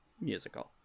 musical